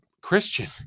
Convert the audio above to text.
Christian